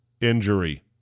injury